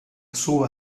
sua